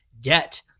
get